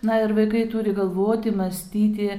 na ir vaikai turi galvoti mąstyti